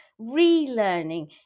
relearning